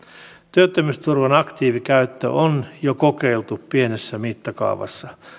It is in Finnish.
työttömyysturvan aktiivikäyttöä on jo kokeiltu pienessä mittakaavassa